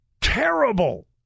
terrible